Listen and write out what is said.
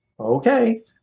Okay